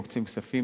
מוקצים כספים.